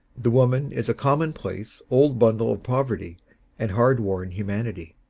the woman is a commonplace old bundle of poverty and hard-worn humanity.